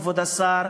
כבוד השר,